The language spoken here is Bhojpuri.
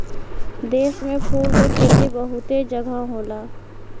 देश में फूल के खेती बहुते जगह होला